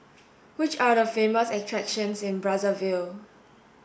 which are the famous attractions in Brazzaville